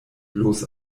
bloß